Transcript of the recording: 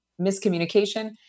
miscommunication